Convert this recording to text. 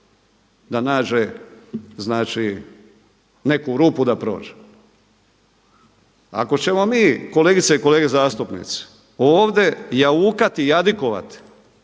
znači neku rupu da prođe. Ako ćemo mi kolegice i kolege zastupnici ovdje jaukati i jadikovati